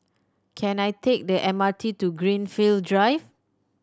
can I take the M R T to Greenfield Drive